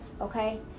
Okay